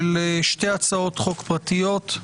על שתי הצעות חוק פרטיות,